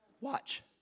Watch